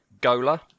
Gola